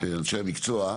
אנשי המקצוע,